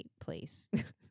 place